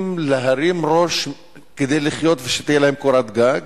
להרים ראש כדי לחיות ושתהיה להם קורת גג,